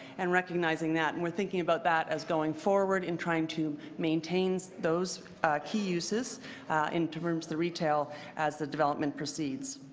and recognizeing that, and we're thinking about that as going forward and trying to maintain those key uses in terms of the retail as the development proceeds.